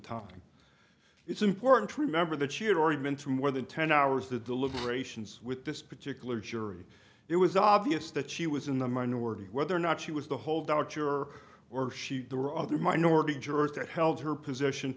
talking it's important to remember that she had already been through more than ten hours the deliberations with this particular jury it was obvious that she was in the minority whether or not she was the holdout your or she there were other minority jurors that held her position